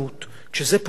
זה מאוד כואב,